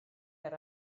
ger